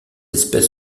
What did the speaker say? espèce